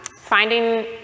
finding